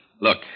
Look